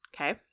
Okay